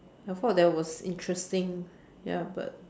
I thought that was interesting ya but